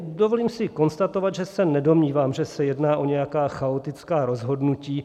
Dovolím si konstatovat, že se nedomnívám, že se jedná o nějaká chaotická rozhodnutí.